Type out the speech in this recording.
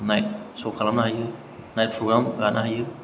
ninth स' खालामनो हायो नाइथ' प्रग्राम गानो हायो